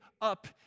up